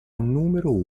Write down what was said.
numero